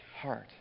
heart